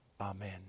Amen